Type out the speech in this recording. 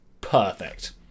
Perfect